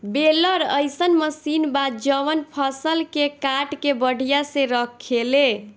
baler अइसन machine बा जवन फसल के काट के बढ़िया से रखेले